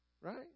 Right